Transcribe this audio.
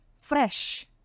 fresh